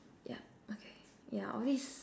yup okay yeah all these